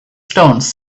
stones